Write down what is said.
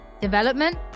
Development